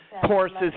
courses